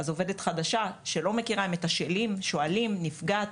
אז עובדת חדשה שלא מכירה מתשאלים אותה ושואלים אותה "נפגעת?".